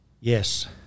Yes